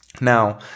Now